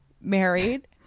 married